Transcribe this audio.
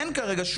אין כרגע,